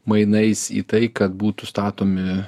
mainais į tai kad būtų statomi